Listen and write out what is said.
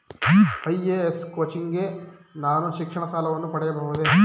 IAS coaching ಗೆ ನಾನು ಶಿಕ್ಷಣ ಸಾಲವನ್ನು ಪಡೆಯಬಹುದೇ?